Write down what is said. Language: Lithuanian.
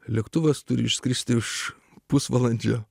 lėktuvas turi išskristi už pusvalandžio